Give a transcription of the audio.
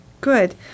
good